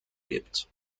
gibt